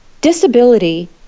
disability